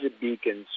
beacons